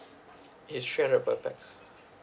it's three hundred per pax